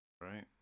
Right